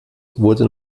wurde